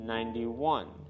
Ninety-one